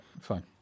fine